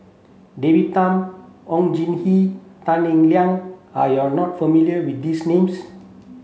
David Tham Oon Jin Gee Tan Eng Liang are you are not familiar with these names